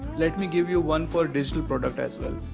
let me give you one for digital product as well.